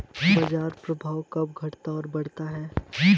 बाजार प्रभाव कब घटता और बढ़ता है?